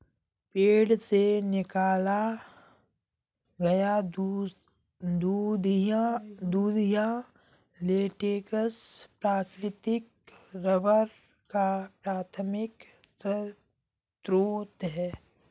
पेड़ से निकाला गया दूधिया लेटेक्स प्राकृतिक रबर का प्राथमिक स्रोत है